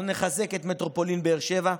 אנחנו נחזק את מטרופולין באר שבע,